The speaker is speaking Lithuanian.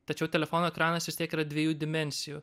tačiau telefono ekranas vis tiek yra dviejų dimensijų